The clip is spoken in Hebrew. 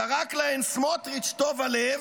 זרק להם סמוטריץ' טוב הלב,